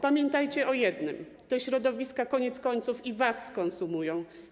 Pamiętajcie o jednym: te środowiska koniec końców i was skonsumują.